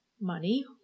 money